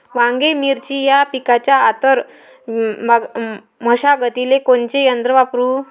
वांगे, मिरची या पिकाच्या आंतर मशागतीले कोनचे यंत्र वापरू?